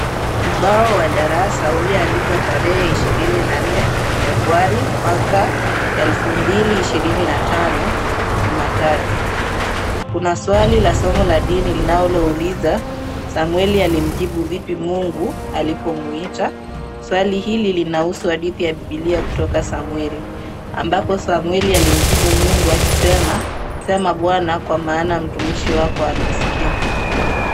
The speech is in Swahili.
Ubao wa darasa ulioandikwa tarehe ishirini na nne Februari mwaka elfu mbili ishirini na tano, Jumatatu. Kuna swali la somo la dini linalouliza, Samweli alimjibu vipi Mungu alipomuita? Swali hili linahusu hadithi ya Bibilia kutoka Samweli ambapo Samweli alimjibu Mungu akisema, "Sema Bwana kwa maana mtumishi wako anasikia."